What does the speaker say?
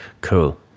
cool